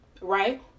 right